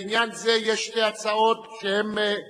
לעניין זה יש שתי הצעות נצמדות,